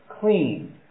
clean